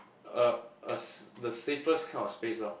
uh a the safest kind of place loh